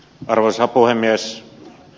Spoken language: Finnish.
arvoisa puhemies